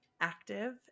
active